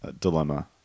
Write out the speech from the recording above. dilemma